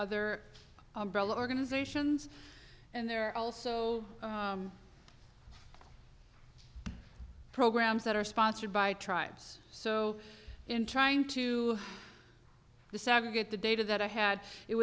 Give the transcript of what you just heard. other organizations and they're also programs that are sponsored by tribes so in trying to the segregate the data that i had it